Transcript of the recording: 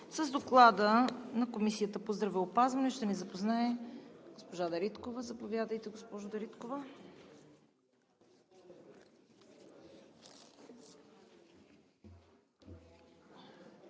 С Доклада на Комисията по здравеопазването ще ни запознае госпожа Дариткова. Заповядайте, госпожо Дариткова.